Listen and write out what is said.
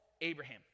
Abraham